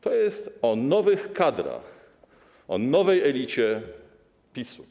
To jest o nowych kadrach, o nowej elicie PiS-u.